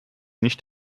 nicht